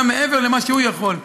וגם מעבר למה שהוא יכול.